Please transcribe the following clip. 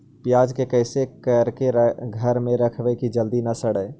प्याज के कैसे करके घर में रखबै कि जल्दी न सड़ै?